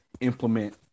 implement